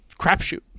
crapshoot